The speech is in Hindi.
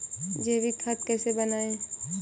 जैविक खाद कैसे बनाएँ?